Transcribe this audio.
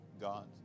God's